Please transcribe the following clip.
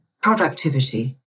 productivity